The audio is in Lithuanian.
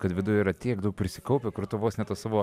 kad viduj yra tiek daug prisikaupę kur tu vos ne tą savo